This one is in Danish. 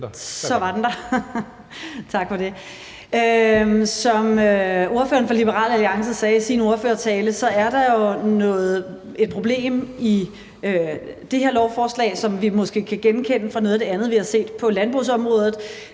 Vermund (NB): Tak for det. Som ordføreren for Liberal Alliance sagde i sin ordførertale, er der jo et problem i det her lovforslag, som vi måske kan genkende fra noget af det andet, vi har set på landbrugsområdet,